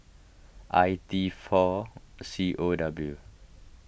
I T four C O W